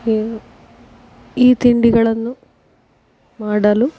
ಈ ತಿಂಡಿಗಳನ್ನು ಮಾಡಲು